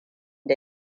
da